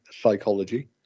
psychology